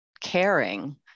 caring